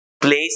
place